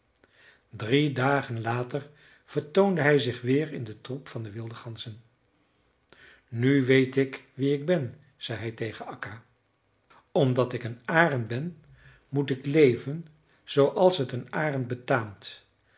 drie dagen later vertoonde hij zich weer in den troep van de wilde ganzen nu weet ik wie ik ben zei hij tegen akka omdat ik een arend ben moet ik leven zooals het een arend betaamt